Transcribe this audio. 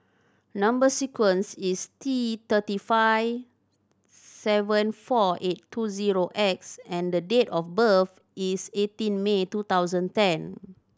number sequence is T thirty five seven four eight two zero X and the date of birth is eighteen May two thousand ten